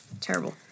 Terrible